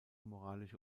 moralische